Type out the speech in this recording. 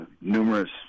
numerous